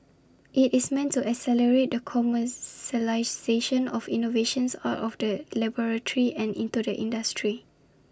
IT is meant to accelerate the commercialisation of innovations out of the laboratory and into the industry